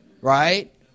Right